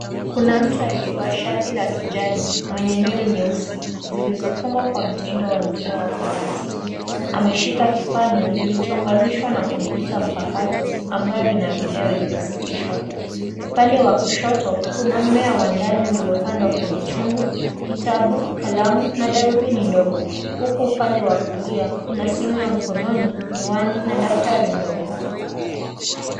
Kuna mtu aliyevaa shati la kijani mwenye nywele nyeusi, zilizofungwa kwa mtindo wa mkia wa farasi. Ameshika kipanya kilichounganishwa na kompyuta mpakato ambayo ina video iliyosetishwa. Upande wa kushoto, kuna mmea wa ndani uliopandwa kwenye chungu, kitabu, kalamu, na darubini ndogo, huku upande wa kulia kuna simu ya mkononi, miwani, na daftari ndogo.